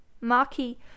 Marquis